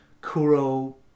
Kuro